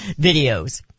videos